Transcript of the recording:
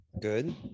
good